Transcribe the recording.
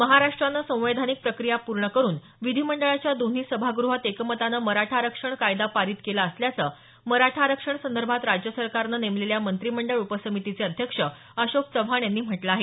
महाराष्ट्रानं संवैधानिक प्रक्रिया पूर्ण करून विधीमंडळाच्या दोन्ही सभागृहात एकमतानं मराठा आरक्षण कायदा पारित केला असल्याचं मराठा आरक्षण संदर्भात राज्य सरकारने नेमलेल्या मंत्रीमंडळ उपसमितीचे अध्यक्ष अशोक चव्हाण यांनी म्हटलं आहे